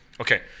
Okay